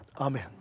amen